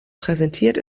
präsentiert